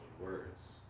words